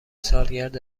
سالگرد